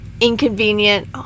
inconvenient